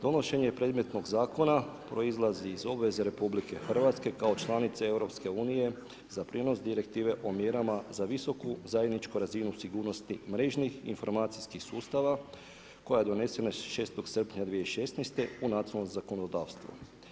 Donošenje predmetnog zakona, proizlazi iz obveze RH, kao članice EU, za prinos direktive o mjerama, za visoku zajedničku razvijenih sigurnosti mrežnih i informacijskih sustava, koja je donesena 6. srpnja 2016. u nacionalno zakonodavstvo.